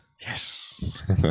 Yes